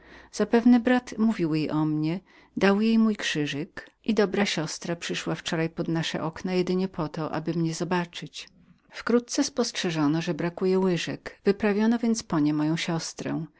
zapewne brat mówił jej o mnie dał jej mój krzyżyk i że dobra siostra przyszła wczoraj pod nasze okna jedynie aby mnie zobaczyć wkrótce spostrzeżono że brakowało łyżek wyprawiono więc moją siostrę